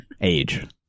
age